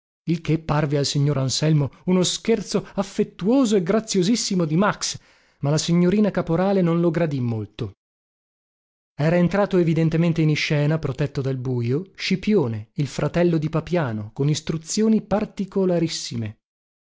il che parve al signor anselmo uno scherzo affettuoso e graziosissimo di max ma la signorina caporale non lo gradì molto era entrato evidentemente in iscena protetto dal bujo scipione il fratello di papiano con istruzioni particolarissime